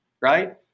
right